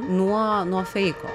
nuo nuo feiko